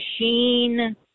machine